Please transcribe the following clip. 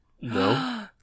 No